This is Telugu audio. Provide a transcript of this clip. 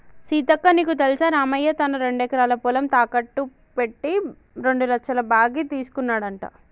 సీతక్క నీకు తెల్సా రామయ్య తన రెండెకరాల పొలం తాకెట్టు పెట్టి రెండు లచ్చల బాకీ తీసుకున్నాడంట